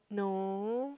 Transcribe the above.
no